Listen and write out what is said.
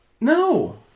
No